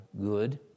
good